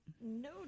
No